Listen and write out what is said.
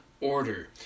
order